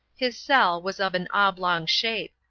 his cell was of an oblong shape,